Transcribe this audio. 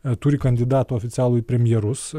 turi kandidatą oficialų į premjerus